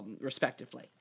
respectively